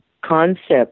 concept